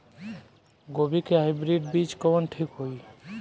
गोभी के हाईब्रिड बीज कवन ठीक होई?